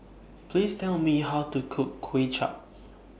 Please Tell Me How to Cook Kuay Chap